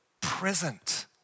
present